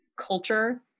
culture